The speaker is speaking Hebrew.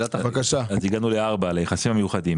הגענו ל-(4), ליחסים המיוחדים.